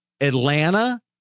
Atlanta